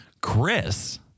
Chris